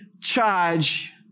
charge